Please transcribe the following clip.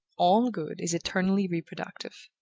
all good is eternally reproductive.